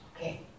Okay